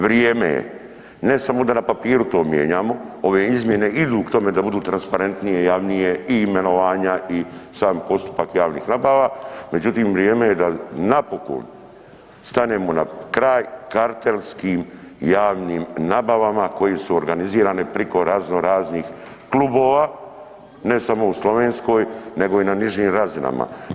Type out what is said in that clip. Vrijeme je, ne samo da na papiru to mijenjamo, ove izmjene idu k tome da budu transparentnije i javnije i imenovanja i sam postupak javnih nabava, međutim vrijeme je da napokon stanemo na kraj kartelskim javnim nabavama koje su organizirane priko razno raznih klubova ne samo u Slovenskoj nego i na nižim razinama.